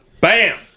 Bam